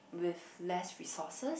with less resources